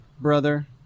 brother